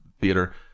theater